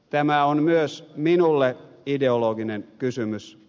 tämä on myös minulle ideologinen kysymys